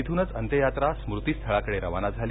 तिथूनच अंत्ययात्रा स्मृतीस्थळाकडे रवाना झाली